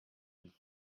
lui